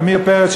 עמיר פרץ,